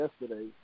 yesterday